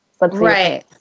Right